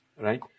Right